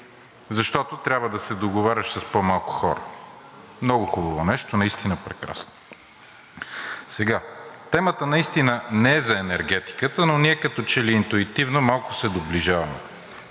защото трябва да се договаряш с по-малко хора. Много хубаво нещо, наистина прекрасно. Сега, темата наистина не е за енергетиката, но ние като че ли интуитивно малко се доближаваме